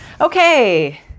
okay